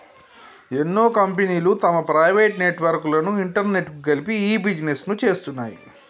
ఎన్నో కంపెనీలు తమ ప్రైవేట్ నెట్వర్క్ లను ఇంటర్నెట్కు కలిపి ఇ బిజినెస్ను చేస్తున్నాయి